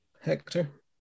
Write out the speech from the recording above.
Hector